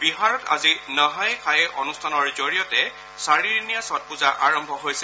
বিহাৰত আজি নহায়ে খায়ে অনুষ্ঠানৰ জৰিয়তে চাৰিদিনীয়া ছট পুজা আৰম্ভ হৈছে